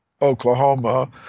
Oklahoma